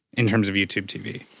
in terms of youtube tv.